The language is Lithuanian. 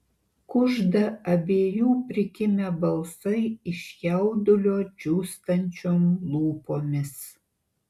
kužda abiejų prikimę balsai iš jaudulio džiūstančiom lūpomis